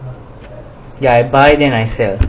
ya I buy then I sell